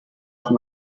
arts